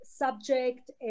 subject